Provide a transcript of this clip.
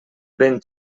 vent